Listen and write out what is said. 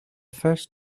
first